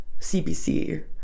cbc